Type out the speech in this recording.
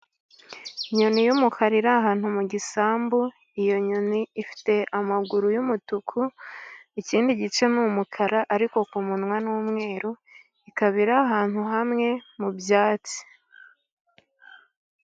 Inyoni y'umukara iri ahantu mu gisambu, iyo nyoni ifite amaguru y'umutuku ikindi gice ni umukara ,ariko ku munwa ni umweru, ikaba iri ahantu hamwe mu byatsi.